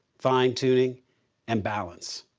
fin-tuning, and balance.